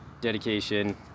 dedication